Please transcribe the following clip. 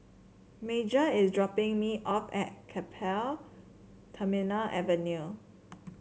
Major is dropping me off at Keppel Terminal Avenue